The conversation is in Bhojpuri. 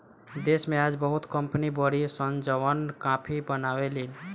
देश में आज बहुते कंपनी बाड़ी सन जवन काफी बनावे लीन